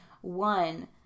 One